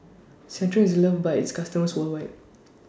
Centrum IS loved By its customers worldwide